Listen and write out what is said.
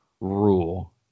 rule